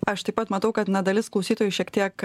aš taip pat matau kad na dalis klausytojų šiek tiek